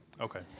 Okay